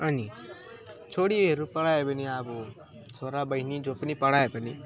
अनि छोरीहरू पढायो भने अब छोरा बहिनी जो पनि पढायो भने